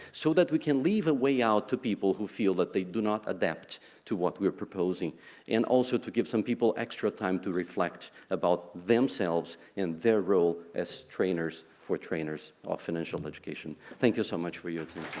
so that we can leave a way out to people people who feel that they do not adapt to what we're proposing and also to give some people extra time to reflect about themselves and their role as trainers for trainers of financial education thank you so much for your